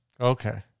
Okay